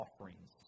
offerings